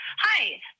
Hi